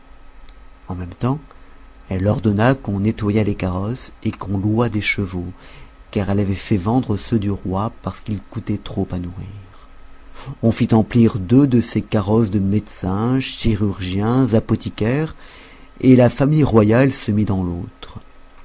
en même temps elle ordonna qu'on nettoyât les carrosses et qu'on louât des chevaux car elle avait fait vendre ceux du roi parce qu'il coûtaient trop a nourrir on fit remplir deux de ces carrosses de médecins chirurgiens apothicaires et la famille royale se mit dans l'autre